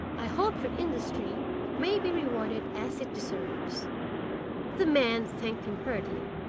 i hope your industry may be rewarded as it deserves the men thanked him heartily,